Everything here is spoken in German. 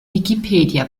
wikipedia